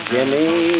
Jimmy